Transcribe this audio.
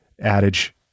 adage